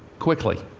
quickly.